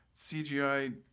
CGI